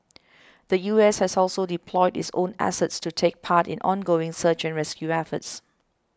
the U S has also deployed its own assets to take part in ongoing search and rescue efforts